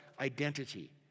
identity